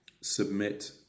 submit